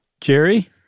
Jerry